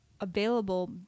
available